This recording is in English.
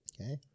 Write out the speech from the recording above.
okay